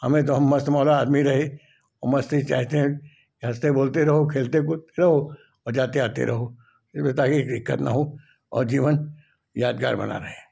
हमें तो हम मस्तमौला आदमी रहे और मस्ती चाहते हैं हंसते बोलते रहो खेलते कूदते रहो और जाते आते रहो दिक्कत न हो और जीवन यादगार बना रहे